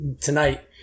tonight